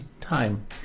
time